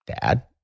dad